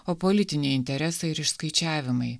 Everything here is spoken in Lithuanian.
o politiniai interesai ir išskaičiavimai